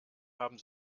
haben